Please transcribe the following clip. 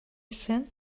sin